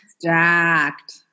Stacked